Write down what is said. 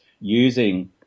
using